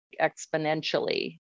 exponentially